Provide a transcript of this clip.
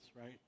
right